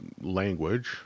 language